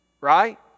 right